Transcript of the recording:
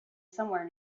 somewhere